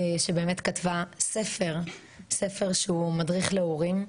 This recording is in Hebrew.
שבאמת כתבה ספר שהוא מדריך להורים,